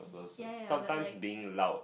ya ya but like